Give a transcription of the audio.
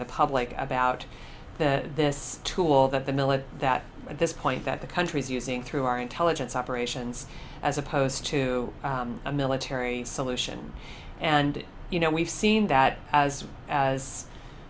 the public about this tool that the millet that at this point that the country is using through our intelligence operations as opposed to a military solution and you know we've seen that as as